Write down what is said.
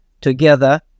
together